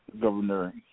governor